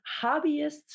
hobbyists